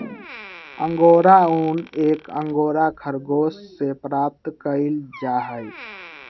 angora ऊन एक Angora खरगोश से प्राप्त कइल जाहई